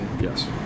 yes